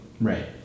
Right